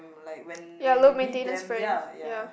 like when when you need them ya ya